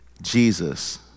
Jesus